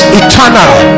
eternal